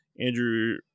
Andrew